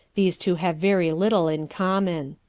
these two have very little in common.